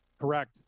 Correct